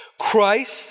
Christ